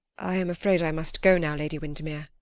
i am afraid i must go now, lady windermere.